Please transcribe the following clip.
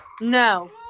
No